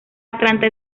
atlanta